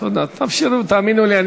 אאפשר לך,